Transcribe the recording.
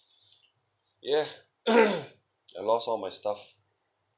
ya I lost all my stuff